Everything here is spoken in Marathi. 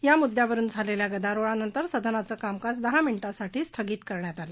या मुद्यावरून झालेल्या गदारोळानंतर सदनाचं कामकाज दहा मिनिटांसाठी स्थगित करण्यात आलं